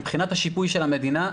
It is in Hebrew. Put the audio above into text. מבחינת השיפוי של המדינה,